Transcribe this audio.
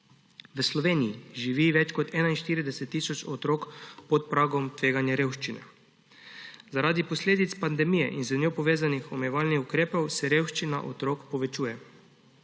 V Sloveniji živi več kot 41 tisoč otrok pod pragom tveganja revščine. Zaradi posledic pandemije in z njo povezanih omejevalnih ukrepov se revščina otrok povečuje.